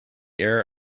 air